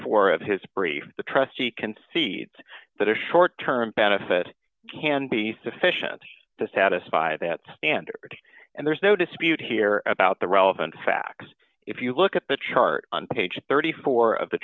four of his brief the trustee concedes that a short term benefit can be sufficient to satisfy that standard and there's no dispute here about the relevant facts if you look at the chart on page thirty four